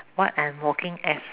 what I'm working as